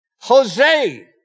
Jose